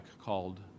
called